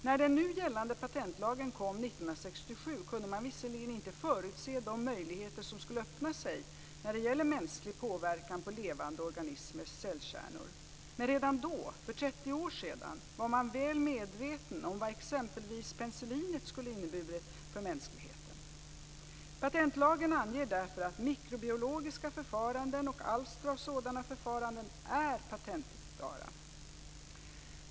När den nu gällande patentlagen kom 1967 kunde man visserligen inte förutse de möjligheter som skulle öppna sig när det gäller mänsklig påverkan på levande organismers cellkärnor, men redan då, för 30 år sedan, var man väl medveten om vad exempelvis penicillinet inneburit för mänskligheten. Patentlagen anger därför att mikrobiologiska förfaranden och alster av sådana förfaranden är patenterbara.